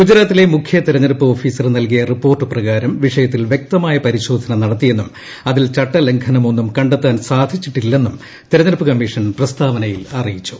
ഗുജറാത്തില്ലെ മുഖ്യതിരഞ്ഞെടുപ്പ് ഓഫീസർ നൽകിയ റിപ്പോർട്ട് പ്രകാരം വിഷ്യത്തിൽ വൃക്തമായ പരിശോധന നടത്തിയെന്നും അതിൽ ചട്ട്ലംഘനമൊന്നും കണ്ടെത്താൻ സാധിച്ചില്ലെന്നും തിരഞ്ഞ്ടുപ്പ് കമ്മീഷൻ പ്രസ്താവനയിൽ അറിയിച്ചു